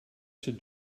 should